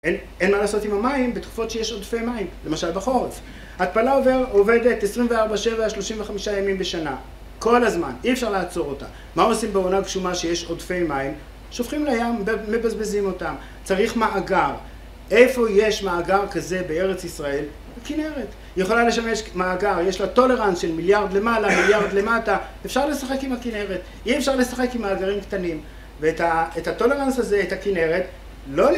אין מה לעשות עם המים בתקופות שיש עודפי מים, למשל בחורף. התפלה עובדת 24 שבע, 35 ימים בשנה. כל הזמן. אי אפשר לעצור אותה. מה עושים בעונה גשומה שיש עודפי מים? שופכים לים, מבזבזים אותם. צריך מאגר. איפה יש מאגר כזה בארץ ישראל? בכנרת. היא יכולה לשמש מאגר. יש לה טולרנס של מיליארד למעלה, מיליארד למטה. אפשר לשחק עם הכנרת. אי אפשר לשחק עם מאגרים קטנים. ואת הטולרנס הזה, את הכנרת, לא...